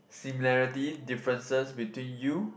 similarity differences between you